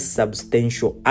substantial